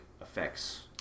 effects